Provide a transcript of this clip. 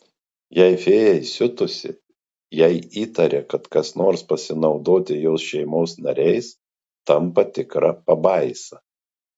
jei fėja įsiutusi jei įtaria kad kas nori pasinaudoti jos šeimos nariais tampa tikra pabaisa